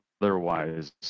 otherwise